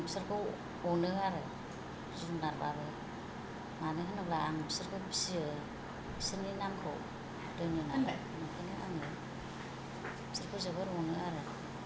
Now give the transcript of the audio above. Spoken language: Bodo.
आं बिसोरखौ अनो आरो जुनारब्लाबो मानो होनोब्ला आं बिसोरखौ फिसियो बिसोरनि नामखौ दोनो नालाय ओंखायनो आङो बिसोरखौ जोबोर अनो आरो